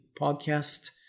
podcast